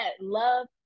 love